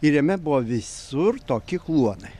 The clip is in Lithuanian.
ir jame buvo visur toki kluonai